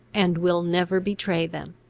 and will never betray them.